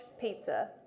pizza